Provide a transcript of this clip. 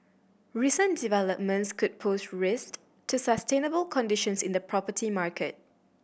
recent developments could pose risk to sustainable conditions in the property market